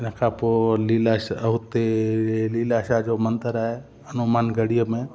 इन खां पोइ लीलाशाह उते लीलाशाह जो मंदरु आहे हनुमान गढ़ीअ में